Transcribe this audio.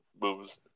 moves